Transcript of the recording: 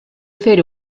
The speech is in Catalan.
fer